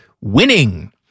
winning